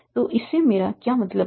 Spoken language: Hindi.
तो इससे मेरा क्या मतलब है